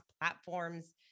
platforms